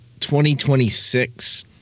2026